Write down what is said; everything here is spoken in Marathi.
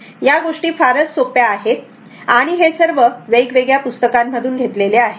या गोष्टी फारच सोप्या आहेत आणि हे सर्व वेगवेगळ्या पुस्तकांमधून घेतलेले आहे